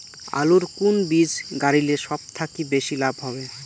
আলুর কুন বীজ গারিলে সব থাকি বেশি লাভ হবে?